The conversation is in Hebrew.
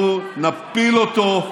אנחנו נפיל אותו,